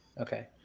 Okay